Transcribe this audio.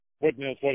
witness